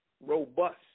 Robust